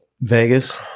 Vegas